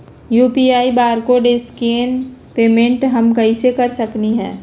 UPI barcode scan payment हम कईसे कर सकली ह?